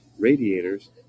radiators